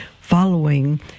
following